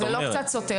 לא זה לא קצת סותר.